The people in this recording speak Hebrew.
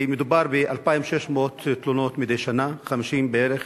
מדובר ב-2,600 תלונות מדי שנה ו-50 בערך